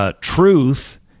Truth